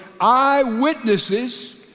eyewitnesses